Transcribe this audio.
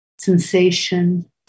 sensation